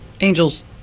Angels